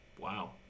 Wow